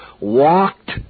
Walked